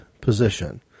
position